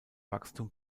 wachstum